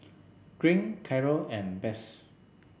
Green Carroll and Besse